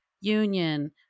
union